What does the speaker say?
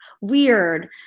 Weird